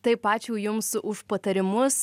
taip ačiū jums už patarimus